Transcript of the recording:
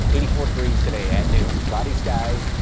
eighty four degrees today at noon cloudy skies.